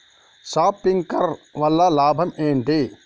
Sprinkler వల్ల లాభం ఏంటి?